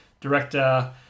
Director